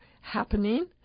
happening